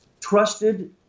trusted